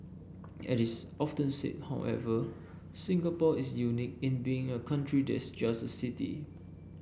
at is often said however Singapore is unique in being a country that's just a city